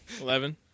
Eleven